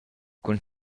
cun